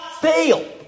fail